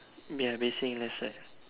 ya basin left side